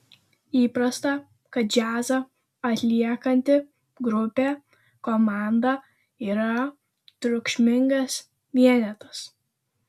įprasta kad džiazą atliekanti grupė komanda yra triukšmingas vienetas